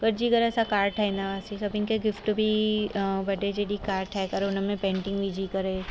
गॾिजी करे असां काड ठाहींदा हुआसीं सभिनी खे गिफ़्ट बि बडे जे ॾींहं काड ठाहे करे उन्हनि खे पेंटिंग विझी करे